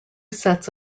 sets